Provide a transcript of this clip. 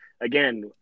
again